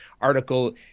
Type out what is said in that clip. article